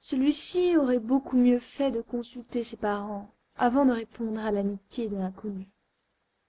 celui-ci aurait beaucoup mieux fait de consulter ses parents avant de répondre à l'amitié de l'inconnu